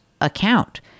account